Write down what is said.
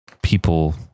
people